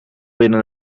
binnen